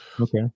Okay